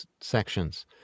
sections